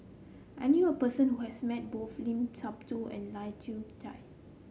I knew a person who has met both Limat Sabtu and Lai Kew Chai